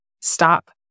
stop